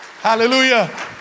Hallelujah